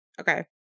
Okay